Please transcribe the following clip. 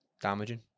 Damaging